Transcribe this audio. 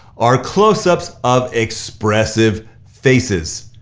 are close ups of expressive faces.